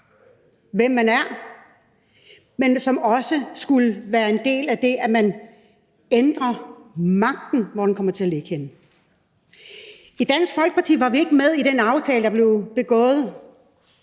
hvem man er, men som også skal være en del af det, at man ændrer på, hvor magten kommer til at ligge henne. I Dansk Folkeparti var vi ikke med i den aftale, der blev indgået